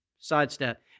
Sidestep